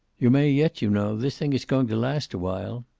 you may yet, you know. this thing is going to last a while.